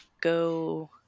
go